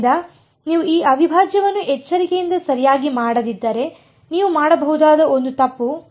ಆದ್ದರಿಂದ ನೀವು ಈ ಅವಿಭಾಜ್ಯವನ್ನು ಎಚ್ಚರಿಕೆಯಿಂದ ಸರಿಯಾಗಿ ಮಾಡದಿದ್ದರೆ ನೀವು ಮಾಡಬಹುದಾದ ಒಂದು ತಪ್ಪು